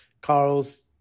Carl's